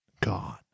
gone